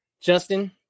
Justin